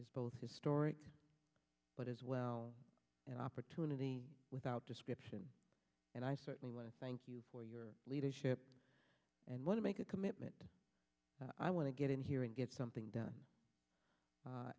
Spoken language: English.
is both historic but as well you know opportunity without description and i certainly want to thank you for your leadership and want to make a commitment i want to get in here and get something done